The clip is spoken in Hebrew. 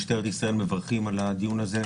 משטרת ישראל, מברכים על הדיון הזה.